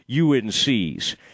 UNC's